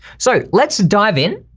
so let's dive in,